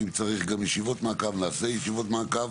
ואם צריך גם ישיבות מעקב, נעשה ישיבות מעקב